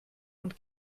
und